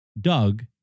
Doug